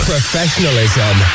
Professionalism